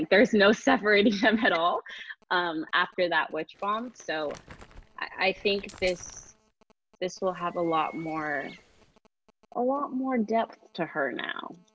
there's no suffering them at all after that witch bomb. so i think this this will have a lot more a lot more depth to her now.